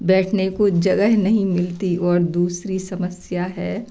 बैठने को जगह नहीं मिलती और दूसरी समस्या है